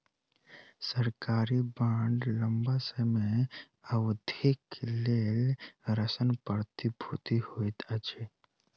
सरकारी बांड लम्बा समय अवधिक लेल ऋण प्रतिभूति होइत अछि